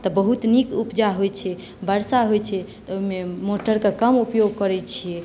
तऽ बहुत नीक उपजा होइत छै वर्षा होइत छै तऽ ओहिमे मोटरकेँ कम उपयोग करैत छियै